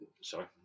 sorry